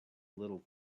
little